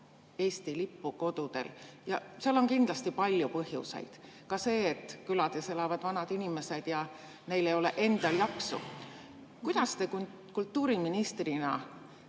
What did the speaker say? Eesti lippu kodudel. Seal on kindlasti palju põhjuseid, ka see, et külades elavad vanad inimesed ja neil ei ole endal jaksu. Kuidas te kultuuriministrina